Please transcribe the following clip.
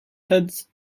heads